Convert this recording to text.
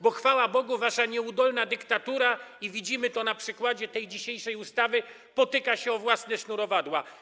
Bo, chwała Bogu, wasza nieudolna dyktatura - i widzimy to na przykładzie tej dzisiejszej ustawy - potyka się o własne sznurowadła.